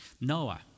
Noah